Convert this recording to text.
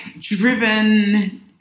driven